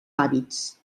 hàbits